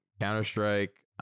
counter-strike